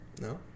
No